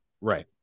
Right